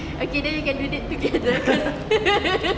okay then we can do it together